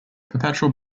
perpetual